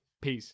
Peace